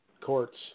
courts